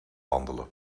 wandelen